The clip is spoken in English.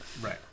Right